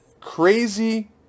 crazy